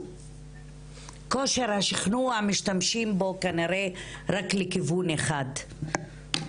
בכושר השכנוע משתמשים כנראה רק לכיוון אחד.